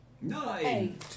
nine